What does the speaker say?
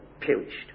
perished